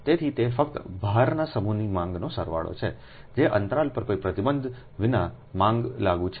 તેથી તે ફક્ત ભારના સમૂહની માંગનો સરવાળો છે જે અંતરાલ પર કોઈ પ્રતિબંધ વિના માંગ લાગુ છે